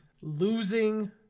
losing